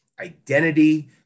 identity